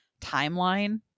timeline